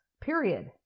period